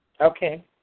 Okay